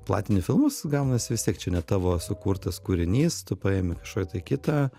platini filmus gaunasi vis tiek čia ne tavo sukurtas kūrinys tu paimi kažkokį tai kitą